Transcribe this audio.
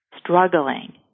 struggling